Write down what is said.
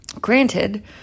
Granted